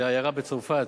זו עיירה בצרפת,